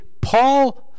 Paul